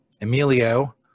Emilio